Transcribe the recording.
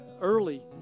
early